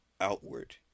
outward